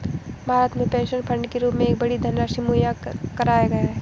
भारत में pension fund के रूप में एक बड़ी धनराशि मुहैया कराया गया है